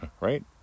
right